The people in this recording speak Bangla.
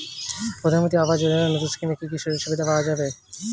প্রধানমন্ত্রী আবাস যোজনা নতুন স্কিমে কি কি সুযোগ সুবিধা পাওয়া যাবে?